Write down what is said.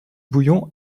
bouillon